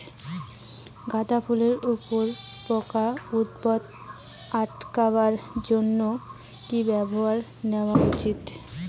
গাঁদা ফুলের উপরে পোকার উপদ্রব আটকেবার জইন্যে কি ব্যবস্থা নেওয়া উচিৎ?